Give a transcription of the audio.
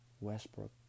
Westbrook